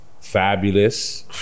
Fabulous